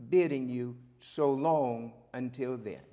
bidding you so long until there